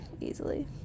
easily